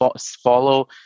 follow